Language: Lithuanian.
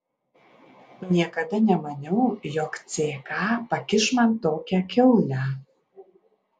niekada nemaniau jog ck pakiš man tokią kiaulę